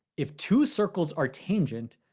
if two circles are tangent,